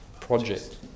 project